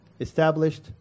established